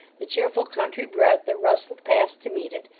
the cheerful country breath that rustled past to meet it,